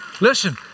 listen